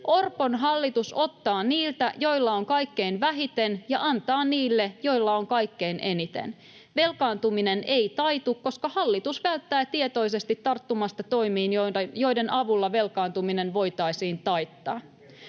Orpon hallitus ottaa niiltä, joilla on kaikkein vähiten, ja antaa niille, joilla on kaikkein eniten. Velkaantuminen ei taitu, koska hallitus välttää tietoisesti tarttumasta toimiin, joiden avulla velkaantuminen voitaisiin taittaa.